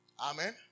Amen